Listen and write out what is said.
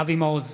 אבי מעוז,